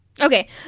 Okay